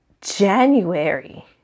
January